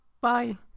bye